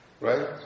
right